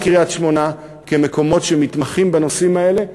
קריית-שמונה כמקומות שמתמחים בנושאים האלה.